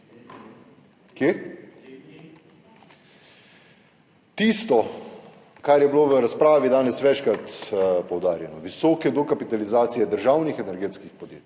Tisto, kar je bilo v razpravi danes večkrat poudarjeno, visoke dokapitalizacije državnih energetskih podjetij.